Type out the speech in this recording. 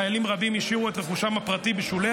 חיילים רבים השאירו את רכושם הפרטי בשולי